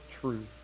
truth